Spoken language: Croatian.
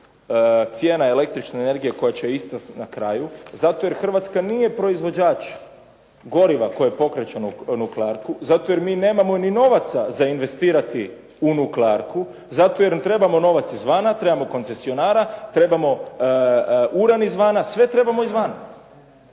cijena električne energije koja će ispasti na kraju, zato jer Hrvatska nije proizvođač goriva koje pokreće nuklearku, zato jer mi nemamo ni novaca za investirati u nuklearku, zato jer trebamo novac izvana, trebamo koncesionara, trebamo uran izvana, sve trebamo izvana.